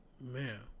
Man